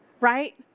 right